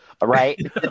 Right